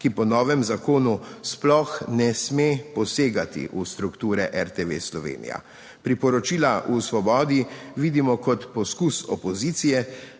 ki po novem zakonu sploh ne sme posegati v strukture RTV Slovenija. Priporočila v Svobodi vidimo kot poskus opozicije,